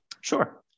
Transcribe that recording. Sure